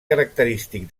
característic